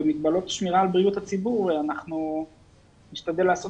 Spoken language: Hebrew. במגבלות שמירה על בריאות הציבור אנחנו נשתדל לעשות